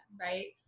right